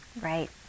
Right